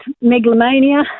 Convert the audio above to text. megalomania